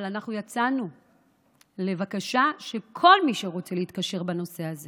אבל אנחנו יצאנו בבקשה שכל מי שרוצה להתקשר בנושא הזה